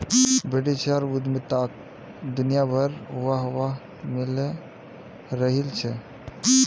बेटीछुआर उद्यमिताक दुनियाभरत वाह वाह मिले रहिल छे